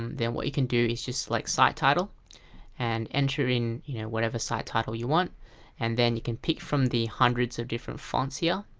um then what you can do is just select like site title and enter in you know whatever site title you want and then you can pick from the hundreds of different fonts here.